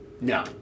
no